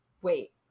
wait